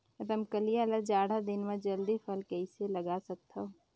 रमकलिया ल जाड़ा दिन म जल्दी फल कइसे लगा सकथव?